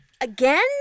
Again